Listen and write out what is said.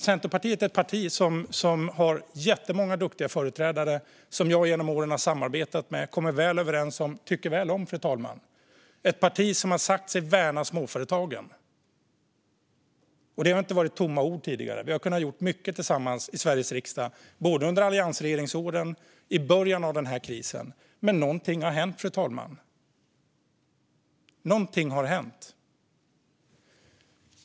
Centerpartiet är ett parti som har många duktiga företrädare som jag genom åren har samarbetat med, kommer väl överens med och tycker väl om. Det är ett parti som har sagt sig värna småföretagen. Det har inte varit tomma ord. Vi har gjort mycket tillsammans i Sveriges riksdag, både under alliansregeringsåren och i början av krisen. Men någonting har hänt, fru talman.